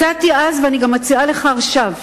הצעתי אז ואני מציעה לך גם עכשיו: